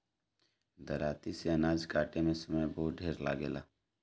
दराँती से अनाज काटे में समय बहुत ढेर लागेला